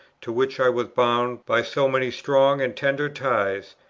to which i was bound by so many strong and tender ties,